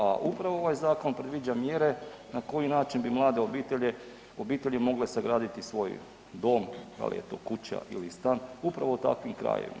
A upravo ovaj zakon predviđa mjere na koji način bi mlade obitelji mogle sagraditi svoj dom, dal je to kuća ili stan upravo u takvim krajevima.